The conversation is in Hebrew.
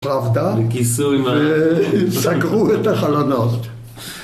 וכיסו עם ה.. וסגרו את החלונות